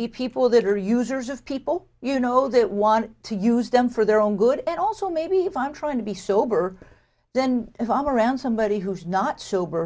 be people that are users just people you know that want to use them for their own good and also maybe if i'm trying to be sober then evolve around somebody who's not sober